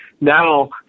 now